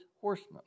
horsemen